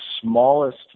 smallest